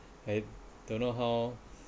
I don't know how